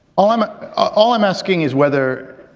all i'm all i'm asking is whether.